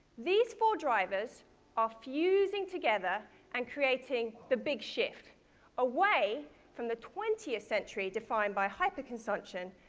these four drivers are fusing together and creating the big shift away from the twentieth century, defined by hyper-consumption,